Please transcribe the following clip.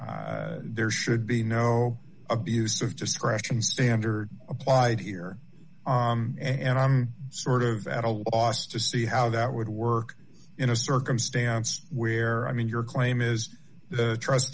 that there should be no abuse of discretion standard applied here and i'm sort of at a loss to see how that would work in a circumstance where i mean your claim is the trust